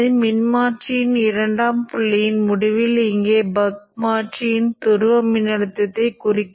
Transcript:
எனவே நீங்கள் இங்கே பெறுவது இதுதான் இதன் முடிவாக வரும் சராசரி Vo ஆக இருக்கும்